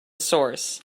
source